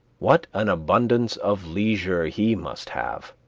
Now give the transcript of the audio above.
what an abundance of leisure he must have!